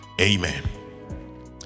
Amen